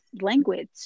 language